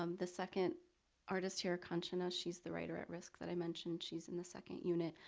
um the second artist here, kanchana, she's the writer at-risk that i mentioned. she's in the second unit.